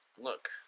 look